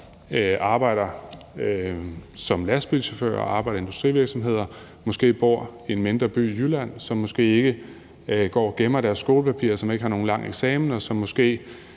arbejder som lastbilchauffør eller i industrivirksomheder og bor i en mindre by i Jylland, og som måske ikke har gemt deres skolepapirer, og som ikke har nogen høj eksamen, og som måske